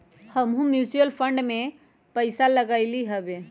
हमहुँ mutual fund में पइसा लगइली हबे